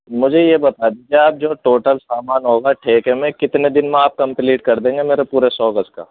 مجھے یہ بتا دیجیے آپ جو ٹوٹل سامان ہوگا ٹھیکے میں کتنے دِن میں آپ کمپلیٹ کر دیں گے میرے پورے سو گز کا